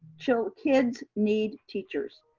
so kids need teachers.